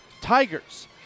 Tigers